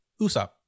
Usopp